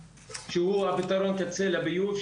שהוא פתרון קצה לביוב,